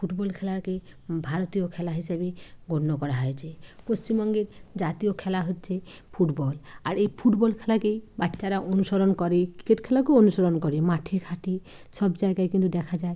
football খেলাকে ভারতীয় খেলা হিসেবেই গণ্য করা হয়েছে পশ্চিমবঙ্গের জাতীয় খেলা হচ্ছে ফুটবল আর এই ফুটবল খেলাকেই বাচ্চারা অনুসরণ করে ক্রিকেট খেলাকে অনুসরণ করে মাঠে ঘাটে সব জায়গায় কিন্তু দেখা যায়